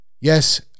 yes